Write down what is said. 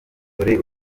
dore